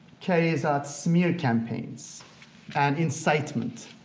carries out smear campaigns and incitement,